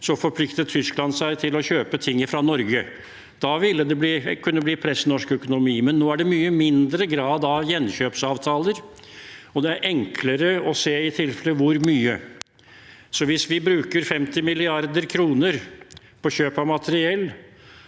forpliktet Tyskland seg til å kjøpe ting fra Norge. Da ville det kunne bli press i norsk økonomi, men nå er det en mye mindre grad av gjenkjøpsavtaler, og i tilfelle er det enklere å se hvor mye. Hvis vi bruker 50 mrd. kr på kjøp av materiell,